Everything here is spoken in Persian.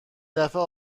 دفعه